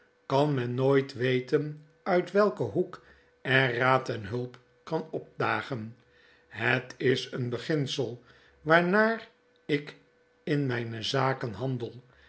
kan men nooit weten uit welken hoek er raad en hulp kan opdagen het is een beginsel waarnaar ik in mgne zaken handel